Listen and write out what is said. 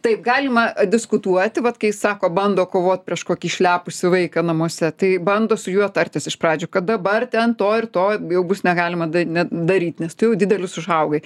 taip galima diskutuoti vat kai sako bando kovot prieš kokį išlepusį vaiką namuose tai bando su juo tartis iš pradžių kad dabar ten to ir to jau bus negalima da ne daryt nes tu jau didelis užaugai